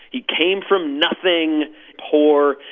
he came from nothing poor.